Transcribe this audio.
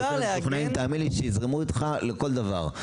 אנחנו יותר משוכנעים ותאמין לי שיזרמו איתך לכל דבר.